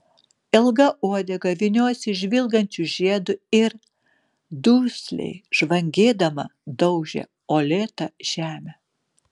ilga uodega vyniojosi žvilgančiu žiedu ir dusliai žvangėdama daužė uolėtą žemę